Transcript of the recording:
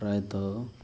ପ୍ରାୟତଃ